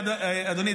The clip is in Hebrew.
אדוני,